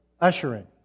ushering